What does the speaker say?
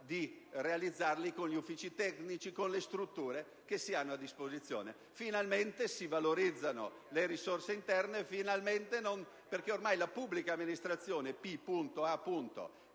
house*, cioè con gli uffici tecnici e le strutture che si hanno a disposizione. Finalmente si valorizzano le risorse interne perché ormai la pubblica amministrazione è